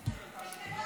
לי.